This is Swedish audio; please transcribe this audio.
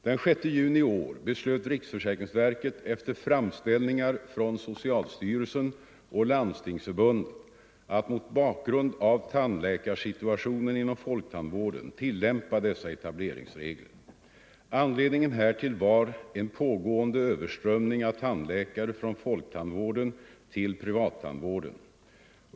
Den 6 juni i år beslöt riksförsäkringsverket efter framställningar från socialstyrelsen och Landstingsförbundet att mot bakgrund av tandläkarsituationen inom folktandvården tillämpa dessa etableringsregler. Anledningen härtill var en pågående överströmning av tandläkare från folktandvården till privattandvården.